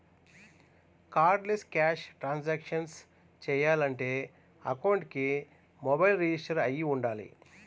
cardless cash transactions చెయ్యాలంటే అకౌంట్కి mobile register అయ్యి వుండాలి